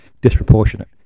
disproportionate